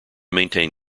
maintain